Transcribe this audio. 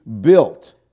built